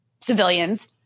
civilians